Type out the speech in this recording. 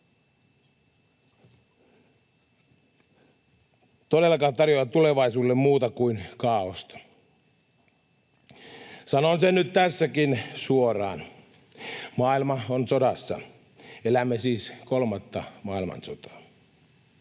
todellakaan tarjoa tulevaisuudelle muuta kuin kaaosta. Sanon sen nyt tässäkin suoraan: maailma on sodassa, elämme siis kolmatta maailmansotaa.